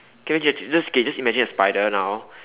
can you just just okay just imagine a spider now